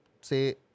say